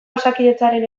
osakidetzaren